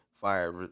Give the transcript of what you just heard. Fire